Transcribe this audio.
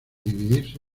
dividirse